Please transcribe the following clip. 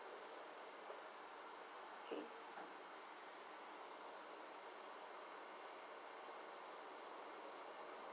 okay